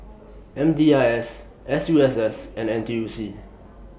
M D I S S U S S and N T U C